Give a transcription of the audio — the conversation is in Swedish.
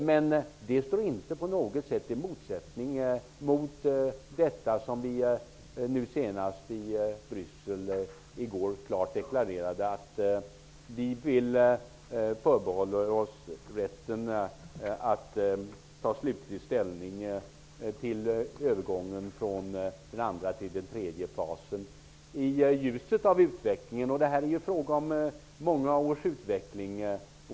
Men det står inte på något sätt i motsättning mot detta som vi klart deklarerade i Bryssel i går, dvs. att vi förbehåller oss rätten att ta slutlig ställning till övergången från den andra till den tredje fasen i ljuset av utvecklingen. Det är fråga om många års utveckling.